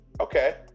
Okay